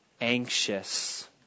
anxious